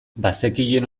bazekien